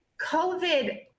COVID